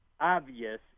obvious